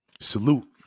Salute